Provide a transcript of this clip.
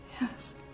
Yes